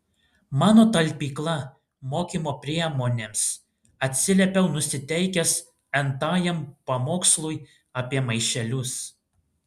mano talpykla mokymo priemonėms atsiliepiau nusiteikęs n tajam pamokslui apie maišelius